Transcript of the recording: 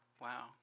Wow